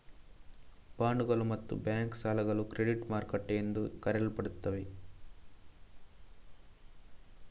ಬಾಂಡುಗಳು ಮತ್ತು ಬ್ಯಾಂಕ್ ಸಾಲಗಳು ಕ್ರೆಡಿಟ್ ಮಾರುಕಟ್ಟೆ ಎಂದು ಕರೆಯಲ್ಪಡುತ್ತವೆ